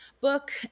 book